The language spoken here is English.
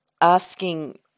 asking